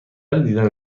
دیدن